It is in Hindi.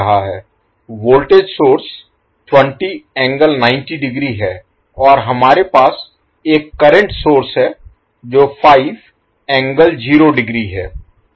वोल्टेज सोर्स 20∠90 ° है और हमारे पास एक करंट सोर्स है जो है